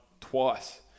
twice